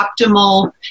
optimal